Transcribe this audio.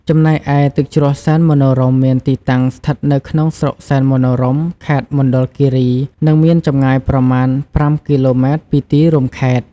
ចំណែកឯទឹកជ្រោះសែនមនោរម្យមានទីតាំងស្ថិតនៅក្នុងស្រុកសែនមនោរម្យ ខេត្តមណ្ឌលគិរី និងមានចម្ងាយប្រមាណ ៥គីឡូម៉ែត្រពីទីរួមខេត្ត។